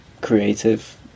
creative